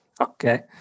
Okay